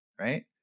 Right